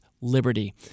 liberty